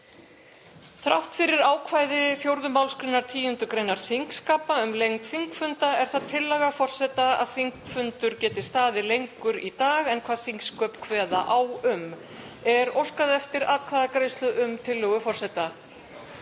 Þrátt fyrir ákvæði 4. mgr. 10. gr. þingskapa um lengd þingfunda er það tillaga forseta að þingfundur geti staðið lengur í dag en hvað þingsköp kveða á um. Er óskað eftir atkvæðagreiðslu um tillögu forseta?